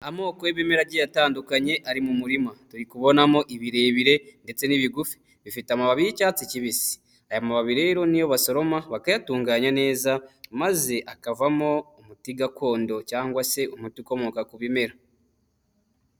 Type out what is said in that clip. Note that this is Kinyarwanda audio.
Amoko y'ibimera agiye atandukanye ari mu murima, turi kubonamo ibirebire ndetse n'ibigufi bifite amababi y'icyatsi kibisi ay'amababi rero niyo basoroma bakayatunganya neza maze akavamo umuti gakondo cyangwa se umuti ukomoka ku bimera.